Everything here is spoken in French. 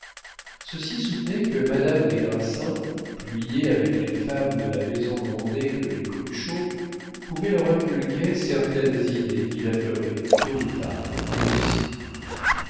ceux-ci soutenaient que madame des grassins plus liée avec les femmes de la maison grandet que les cruchot pouvait leur inculquer certaines idées qui la feraient tôt ou tard réussir